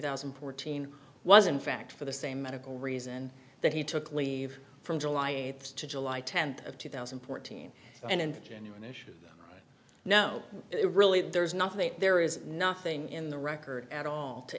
thousand and fourteen was in fact for the same medical reason that he took leave from july eighth to july tenth of two thousand and fourteen and genuine issue no it really there's nothing there is nothing in the record at all to